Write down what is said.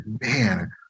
man